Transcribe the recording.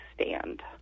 stand